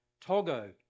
Togo